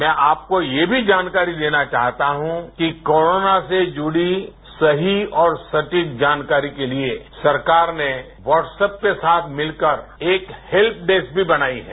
मैं आपको यह भी जानकारी देना चाहता हूं कि कोरोना से जुड़ी सेही और सटीक जानकारी के लिए सरकार ने व्हाट्सप के साथ मितकर एक हेल्प डेस्क भी बनायी है